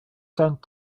sent